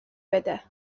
بده